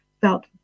felt